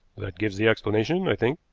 that gives the explanation, i think,